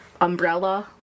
umbrella